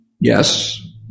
Yes